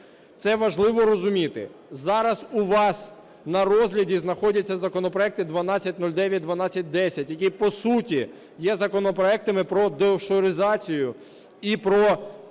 Це важливо розуміти. Зараз у вас на розгляді знаходяться законопроекти 1209 і 1210, які по суті є законопроектами про деофшоризацію і про по